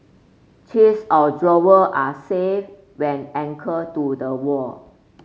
chests of drawer are safe when anchored to the wall